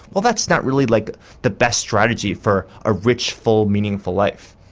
well that's not really like the best strategy for a rich, full, meaningful life.